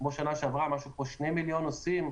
כמו שנה שעברה, משהו כמו 2 מיליון נוסעים.